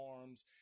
Arms